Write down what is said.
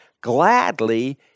gladly